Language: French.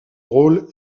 rôle